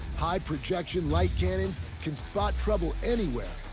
high-projection light canons can spot trouble anywhere,